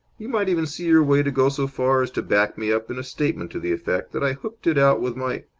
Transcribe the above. you might even see your way to go so far as to back me up in a statement to the effect that i hooked it out with my?